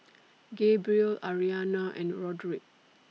Gabriel Aryana and Roderic